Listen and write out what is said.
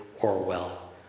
Orwell